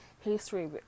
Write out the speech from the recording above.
history